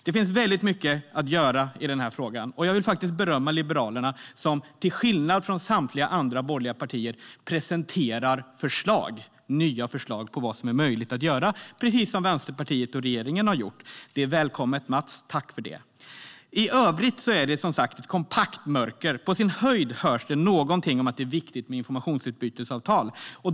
Det finns mycket att göra i denna fråga. Låt mig berömma Liberalerna som till skillnad från samtliga andra borgerliga partier presenterar nya förslag på vad som är möjligt att göra, precis som Vänsterpartiet och regeringen har gjort. Det är välkommet, Mats Persson. Tack för det! I övrigt är det kompakt mörker. På sin höjd hörs det något om att det är viktigt med informationsutbytesavtal.